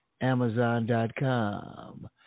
Amazon.com